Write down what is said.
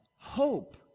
hope